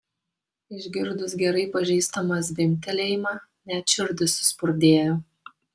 išgirdus gerai pažįstamą zvimbtelėjimą net širdis suspurdėjo